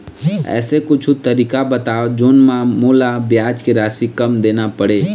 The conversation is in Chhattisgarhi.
ऐसे कुछू तरीका बताव जोन म मोला ब्याज के राशि कम देना पड़े?